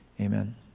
Amen